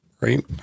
right